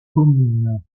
commune